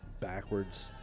backwards